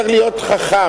צריך להיות חכם.